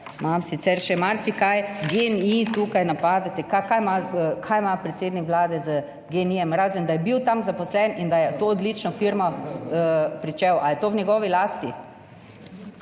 Imam sicer še marsikaj. GEN-I tukaj napadate, kaj ima, kaj ima predsednik Vlade z genijem razen da je bil tam zaposlen in da je to odlično firmo pričel. Ali je to v njegovi lasti,